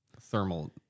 thermal